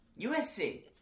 USC